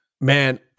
Man